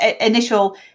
initial